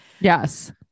Yes